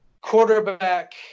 Quarterback